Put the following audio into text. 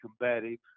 combative